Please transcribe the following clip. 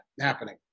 happening